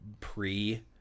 pre